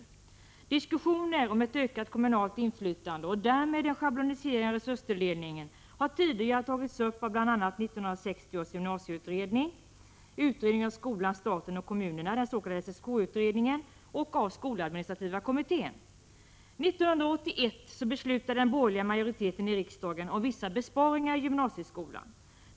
ö E igymnasieskolan Diskussioner om ett ökat kommunalt inflytande och därmed en schablonisering av resurstilldelningen har tidigare tagits upp av bl.a. 1960 års gymnasieutredning, utredningen om skolan, staten och kommunerna, den s.k. SSK-utredningen, och av skoladministrativa kommittén. År 1981 beslutade den borgerliga majoriteten i riksdagen om vissa besparingar i gymnasieskolan.